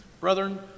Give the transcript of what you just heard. Brethren